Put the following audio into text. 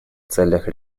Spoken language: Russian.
целях